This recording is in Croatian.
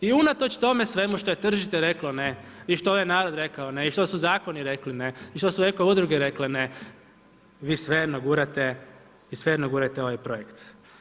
I unatoč tome svemu što je tržište reklo ne i što je narod rekao ne i što su zakoni rekli ne i što su eko udruge rekle ne, vi svejedno gurate i svejedno gurate ovaj projekt.